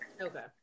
Okay